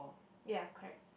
ya correct